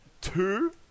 two